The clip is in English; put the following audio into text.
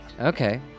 Okay